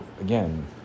again